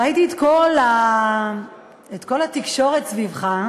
ראיתי את כל התקשורת סביבך,